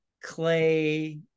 clay